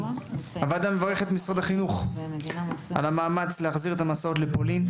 הוועדה מברכת את משרד החינוך על המאמץ להחזיר את המסעות לפולין.